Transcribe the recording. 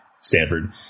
Stanford